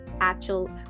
actual